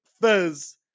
fizz